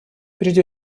прежде